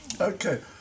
okay